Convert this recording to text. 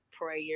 prayer